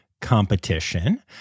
competition